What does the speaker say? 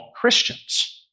Christians